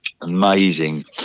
amazing